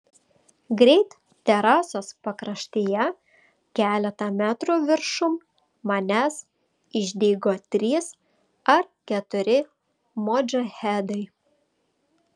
greit terasos pakraštyje keletą metrų viršum manęs išdygo trys ar keturi modžahedai